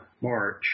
March